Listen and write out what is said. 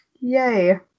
Yay